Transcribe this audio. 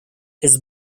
his